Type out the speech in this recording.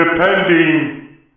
depending